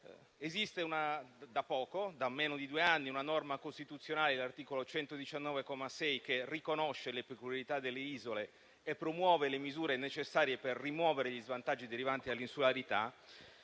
Esiste da poco, da meno di due anni, una norma costituzionale, l'articolo 119, comma 6, che riconosce le peculiarità delle isole e promuove le misure necessarie per rimuovere gli svantaggi derivanti dell'insularità.